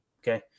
Okay